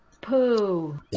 poo